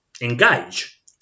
Engage